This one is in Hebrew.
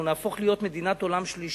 אנחנו נהפוך להיות מדינת עולם שלישי.